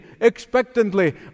expectantly